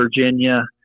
Virginia